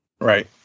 Right